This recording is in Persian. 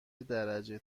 درجه